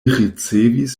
ricevis